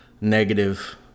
negative